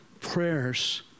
prayers